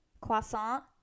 croissant